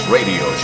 Radio